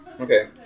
Okay